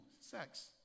sex